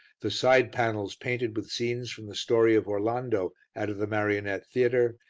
the side panels painted with scenes from the story of orlando out of the marionette theatre,